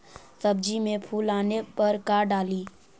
सब्जी मे फूल आने पर का डाली?